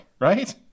right